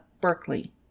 Berkeley